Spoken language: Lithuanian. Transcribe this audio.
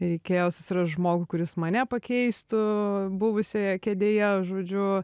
reikėjo susirast žmogų kuris mane pakeistų buvusioje kėdėje žodžiu